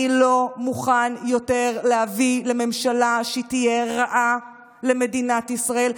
אני לא מוכן יותר להביא לממשלה שהיא תהיה רעה למדינת ישראל,